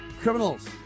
Criminals